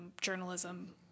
journalism